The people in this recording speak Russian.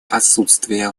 отсутствие